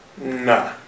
Nah